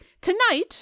Tonight